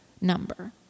number